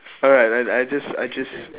alright alright I just I just